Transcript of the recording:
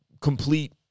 complete